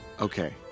Okay